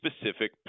specific